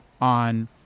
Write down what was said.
on